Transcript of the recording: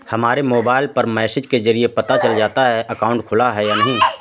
हमारे मोबाइल पर मैसेज के जरिये पता चल जाता है हमारा अकाउंट खुला है या नहीं